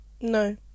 No